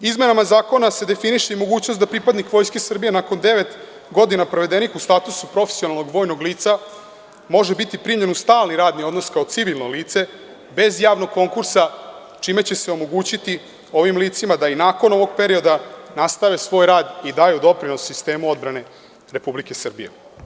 Izmenama zakona se definiše i mogućnost da pripadnik Vojske Srbije nakon devet godina provedenih u statusu profesionalnog vojnog lica može biti primljen u stalni radni odnos kao civilno lice bez javnog konkursa, čime će se omogućiti ovim licima da i nakon ovog perioda nastave svoj rad i daju doprinos sistemu odbrane Republike Srbije.